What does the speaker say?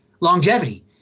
longevity